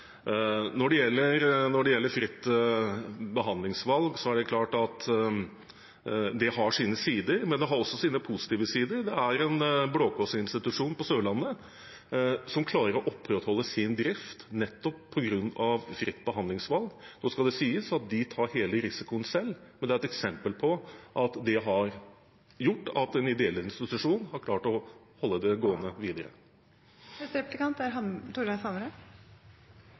Når det gjelder fritt behandlingsvalg, er det klart at det har sine sider, men det har også sine positive sider. Det er en Blå Kors-institusjon på Sørlandet som klarer å opprettholde sin drift nettopp på grunn av fritt behandlingsvalg. Nå skal det sies at de tar hele risikoen selv, men det er et eksempel på at det har gjort at en ideell institusjon har klart å holde det gående